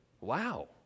Wow